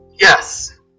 Yes